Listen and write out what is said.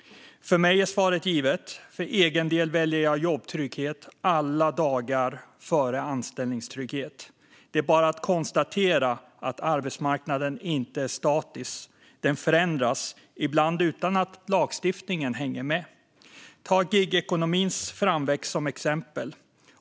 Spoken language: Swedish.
För mig är svaret givet - för egen del väljer jag jobbtrygghet före anställningstrygghet alla dagar. Det är bara att konstatera att arbetsmarknaden inte är statisk. Den förändras, ibland utan att lagstiftningen hänger med. Ta gigekonomins framväxt som exempel.